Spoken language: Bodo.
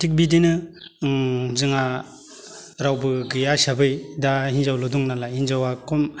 थिग बिदिनो जोंहा रावबो गैया हिसाबै दा हिनजावल' दं नालाय हिनजावा खम